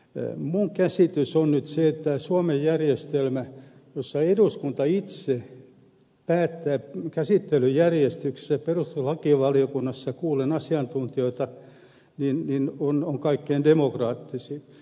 minun käsitykseni on se että suomen järjestelmä jossa eduskunta itse päättää käsittelyjärjestyksen kuullen perustuslakivaliokunnassa asiantuntijoita on kaikkein demokraattisin